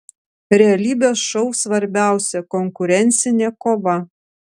realybės šou svarbiausia konkurencinė kova